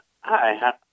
Hi